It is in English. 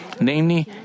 Namely